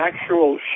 actual